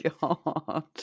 God